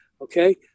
okay